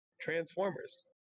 Transformers